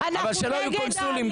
אבל שלא יהיו קונסולים,